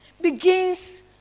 begins